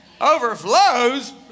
overflows